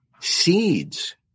Seeds